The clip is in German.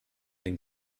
den